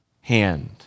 hand